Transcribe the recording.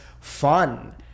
fun